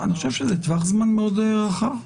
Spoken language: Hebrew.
אני חושב שזה טווח זמן רחב מאוד.